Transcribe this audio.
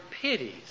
pities